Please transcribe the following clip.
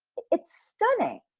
it's stunning,